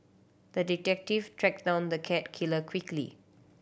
the detective tracked down the cat killer quickly